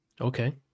Okay